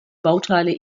bauteile